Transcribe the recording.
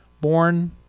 born